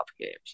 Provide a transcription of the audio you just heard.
games